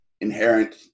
inherent